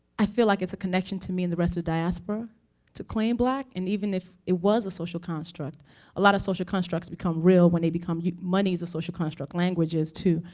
i feel like it's a connection to me and the rest of diaspora to claim black. and even if it was a social construct a lot of social constructs become real when they become money is a social construct, language is, too.